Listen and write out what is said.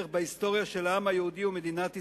בהיסטוריה של העם היהודי ומדינת ישראל.